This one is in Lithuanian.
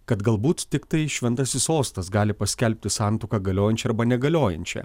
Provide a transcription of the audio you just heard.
kad galbūt tiktai šventasis sostas gali paskelbti santuoką galiojančia arba negaliojančia